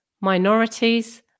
minorities